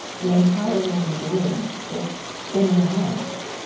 the entire human being is in the hands.